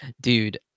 dude